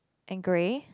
and grey